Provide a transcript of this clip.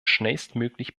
schnellstmöglich